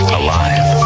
alive